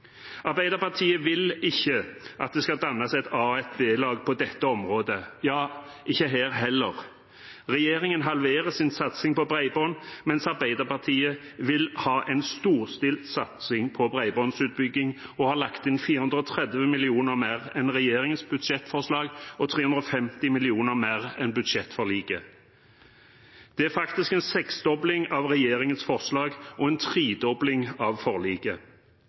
Arbeiderpartiet vil ikke at det skal danne seg et A-lag og et B-lag på dette området – ja, ikke her heller. Regjeringen halverer sin satsing på bredbånd, mens Arbeiderpartiet vil ha en storstilt satsing på bredbåndsutbygging og har lagt inn 430 mill. kr mer enn regjeringens budsjettforslag og 350 mill. kr mer enn budsjettforliket. Det er faktisk en seksdobling av regjeringens forslag og en tredobling av forliket.